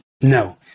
No